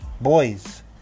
boys